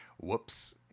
whoops